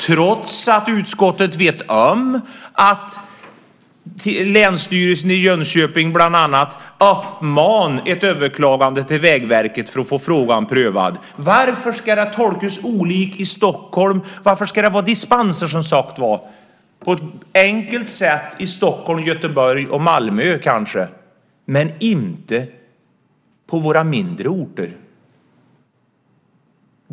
Ändå vet utskottet om att Länsstyrelsen i Jönköping bland annat uppmanat till ett överklagande till Vägverket för att få frågan prövad. Varför ska regler tolkas olika i Stockholm? Varför ska det vara dispenser på ett enkelt sätt i Stockholm, Göteborg och kanske Malmö men inte på våra mindre orter?